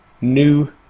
new